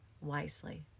wisely